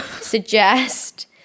suggest